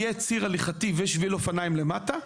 יהיה ציר הליכתי ושביל אופניים למטה,